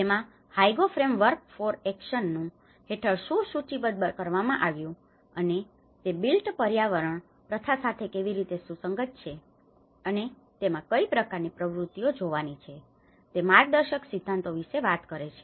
જેમાં Hyogo framework for action Hyogo Framework for Actionક્રિયા માટે હ્યુગો ફ્રેમ વર્ક હેઠળ શું સૂચિબદ્ધ કરવામાં આવ્યું છે અને તે બિલ્ટ પર્યાવરણ built environment પર્યાવરણ નિર્માણ પ્રથા સાથે કેવી રીતે સુસંગત છે અને તેમાં કઈ પ્રકારની પ્રવૃત્તિઓ જોવાની છે તે માર્ગદર્શક સિદ્ધાંતો વિશે વાત કરે છે